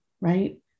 right